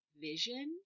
vision